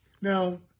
Now